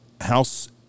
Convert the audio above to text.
house